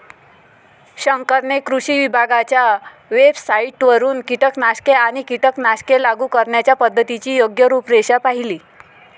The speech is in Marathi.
शंकरने कृषी विभागाच्या वेबसाइटवरून कीटकनाशके आणि कीटकनाशके लागू करण्याच्या पद्धतीची योग्य रूपरेषा पाहिली